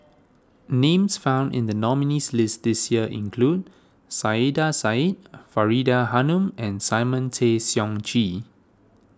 names found in the nominees' list this year include Saiedah Said Faridah Hanum and Simon Tay Seong Chee